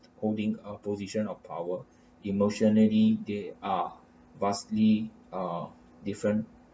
holding a position of power emotionally they are vastly uh different